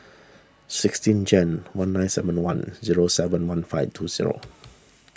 sixteen Jan one nine seven one zero seven one five two zero